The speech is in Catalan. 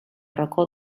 racó